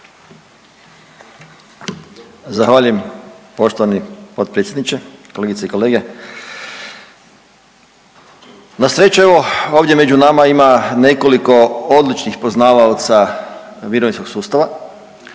Zahvaljujem poštovani potpredsjedniče, kolegice i kolege. Na sreću, ovdje među nama ima nekoliko odličnih poznavaoca mirovinskog sustava